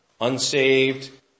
Unsaved